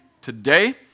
today